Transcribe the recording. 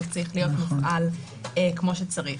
והוא צריך להיות מופעל כמו שצריך.